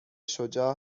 شجاع